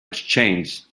exchange